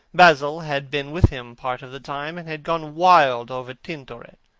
basil had been with him part of the time, and had gone wild over tintoret.